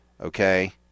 Okay